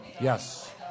Yes